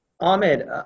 ahmed